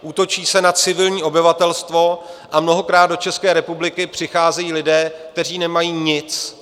Útočí se na civilní obyvatelstvo a mnohokrát do České republiky přicházejí lidé, kteří nemají nic.